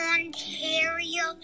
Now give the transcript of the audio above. Ontario